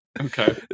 Okay